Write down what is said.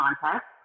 context